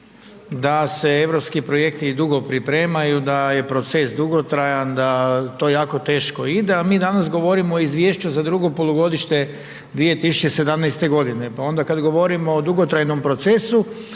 da se europski projekti i dugo pripremaju, da je proces dugotrajan, da to jako teško ide a mi danas govorimo o izvješću za drugo polugodište 2017., pa onda kad govorimo o dugotrajnom procesu